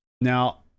Now